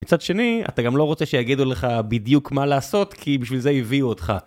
מצד שני, אתה גם לא רוצה שיגידו לך בדיוק מה לעשות, כי בשביל זה הביאו אותך.